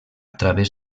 través